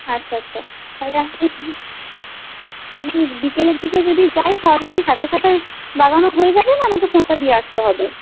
আচ্ছা আচ্ছা তাহলে আমি বিক আমি বিকেলের দিকে যদি যাই তাহলে কি সাথে সাথেই লাগানো হয়ে যাবে না আমাকে ফোনটা দিয়ে আসতে হবে